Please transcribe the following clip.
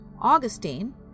Augustine